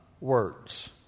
words